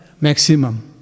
maximum